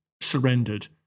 surrendered